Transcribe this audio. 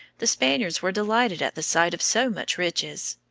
the spaniards were delighted at the sight of so much riches.